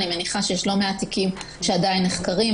אני מניחה שיש לא מעט תיקים שעדיין נחקרים,